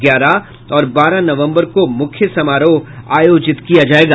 ग्यारह और बारह नवंबर को मुख्य समारोह आयोजित किया जायेगा